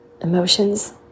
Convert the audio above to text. emotions